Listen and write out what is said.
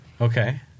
Okay